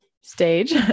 stage